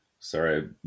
Sorry